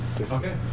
Okay